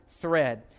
thread